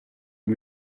aux